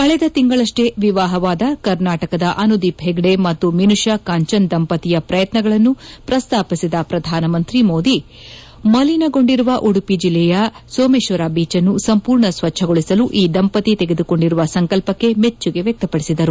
ಕಳೆದ ತಿಂಗಳಷ್ಟೇ ವಿವಾಹವಾದ ಕರ್ನಾಟಕದ ಅನುದೀಪ್ ಹೆಗ್ಡೆ ಮತ್ತು ಮಿನುಷಾ ಕಾಂಚನ್ ದಂಪತಿಯ ಪ್ರಯತ್ವಗಳನ್ನು ಪ್ರಸ್ತಾಪಿಸಿದ ಪ್ರಧಾನಮಂತಿ ಮೋದಿ ಮಲಿನ ಗೊಂಡಿರುವ ಉಡುಪಿ ಜಿಲ್ಲೆಯ ಸೋಮೇಶ್ಲರ ಬೀಚ್ ಅನ್ನು ಸಂಪೂರ್ಣ ಸ್ವಚ್ಚಗೊಳಿಸಲು ಈ ದಂಪತಿ ತೆಗೆದುಕೊಂಡಿರುವ ಸಂಕಲ್ವಕ್ಕೆ ಮೆಚ್ಚುಗೆ ವ್ಯಕ್ತಪಡಿಸಿದರು